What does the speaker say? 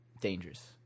dangerous